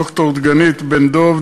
ד"ר דגנית בן-דב,